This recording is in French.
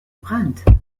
brandt